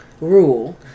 rule